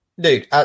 Dude